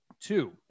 two